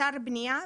אתר בנייה,